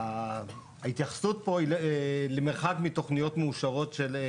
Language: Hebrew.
ההתייחסות פה היא למרחק מתכניות מאושרות של,